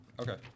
Okay